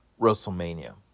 WrestleMania